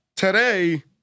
Today